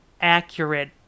accurate